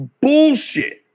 bullshit